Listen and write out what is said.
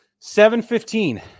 7-15